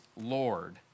Lord